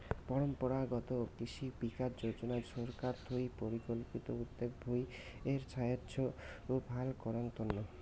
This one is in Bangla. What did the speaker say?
পরম্পরাগত কৃষি বিকাশ যোজনা ছরকার থুই পরিকল্পিত উদ্যগ ভূঁই এর ছাইস্থ ভাল করাঙ তন্ন